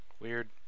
Weird